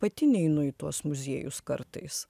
pati neinu į tuos muziejus kartais